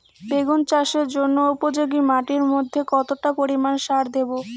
বেগুন চাষের জন্য উপযোগী মাটির মধ্যে কতটা পরিমান সার দেব?